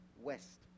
west